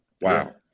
Wow